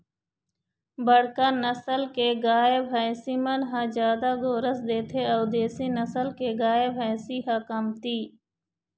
बड़का नसल के गाय, भइसी मन ह जादा गोरस देथे अउ देसी नसल के गाय, भइसी ह कमती